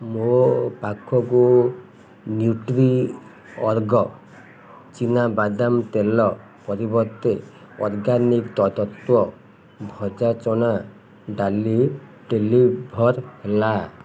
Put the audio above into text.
ମୋ ପାଖକୁ ନ୍ୟୁଟ୍ରିଅର୍ଗ ଜୈବିକ ଚୀନାବାଦାମ ତେଲ ପରିବର୍ତ୍ତେ ଅର୍ଗାନିକ୍ ତତ୍ତ୍ଵ ଭଜା ଚଣା ଡାଲି ଡେଲିଭର୍ ହେଲା